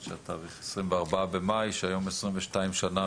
היום ה-24 במאי 2022,